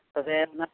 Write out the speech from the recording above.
ᱛᱚᱵᱮ ᱚᱱᱟ